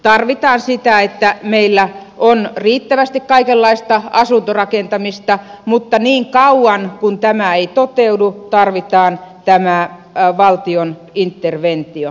tarvitaan sitä että meillä on riittävästi kaikenlaista asuntorakentamista mutta niin kauan kuin tämä ei toteudu tarvitaan tämä valtion interventio